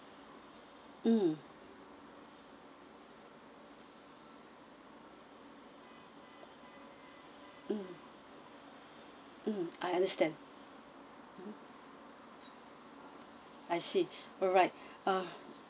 mm mm I understand I see alright uh